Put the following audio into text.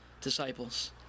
disciples